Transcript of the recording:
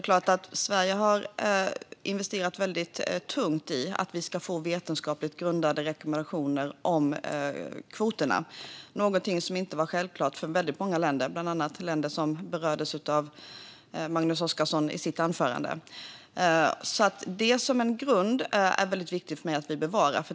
Sverige har investerat tungt i att få vetenskapligt grundade rekommendationer om kvoterna. Det är något som inte var självklart för många länder, bland annat länder som Magnus Oscarsson berörde i sitt anförande. För mig är det viktigt att bevara den grunden.